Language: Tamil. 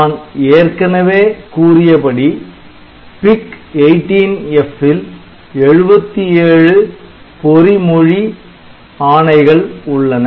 நான் ஏற்கனவே கூறியபடி PIC18F ல் 77 பொறிமொழி ஆணைகள் உள்ளன